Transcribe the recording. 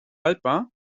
haltbar